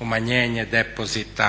umanjenje depozita,